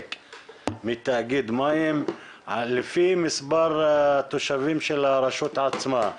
מתאגיד מים לפי מספר התושבים של הרשות עצמה,